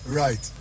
right